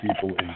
people